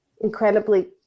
incredibly